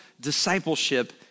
discipleship